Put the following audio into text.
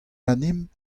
ganimp